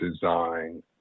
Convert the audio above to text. design